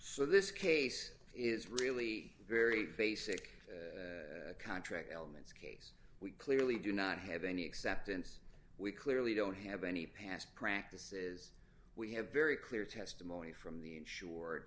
so this case is really very basic contract elements kate we clearly do not have any acceptance we clearly don't have any past practices we have very clear testimony from the